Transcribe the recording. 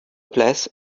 place